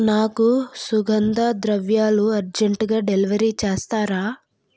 నాకు సుగంధ ద్రవ్యాలు అర్జంటుగా డెలివరీ చేస్తారా